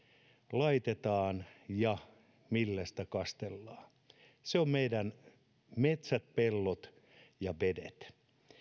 laitetaan ja millä sitä kastellaan ne ovat meidän metsät pellot ja vedet